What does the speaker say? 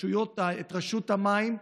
רשות המים,